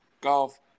golf